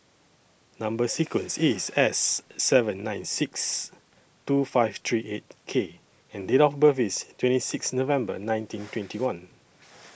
Number sequence IS S seven nine six two five three eight K and Date of birth IS twenty six November nineteen twenty one